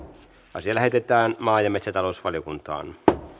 asia lähetetään maa ja metsätalousvaliokuntaan